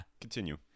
continue